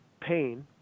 pain